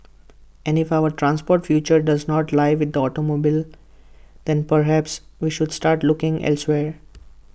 and if our transport future does not lie with the automobile then perhaps we should start looking elsewhere